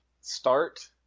start